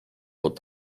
pod